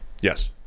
Yes